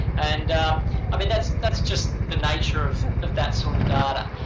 and i mean that's that's just the nature of of that sort of data.